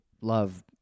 love—